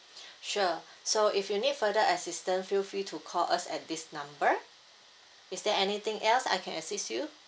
sure so if you need further assistance feel free to call us at this number is there anything else I can assist you